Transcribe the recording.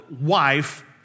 wife